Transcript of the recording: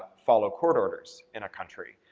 follow court orders in a country.